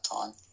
time